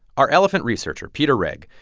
our elephant researcher, peter wrege,